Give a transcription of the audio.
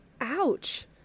Ouch